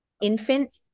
infant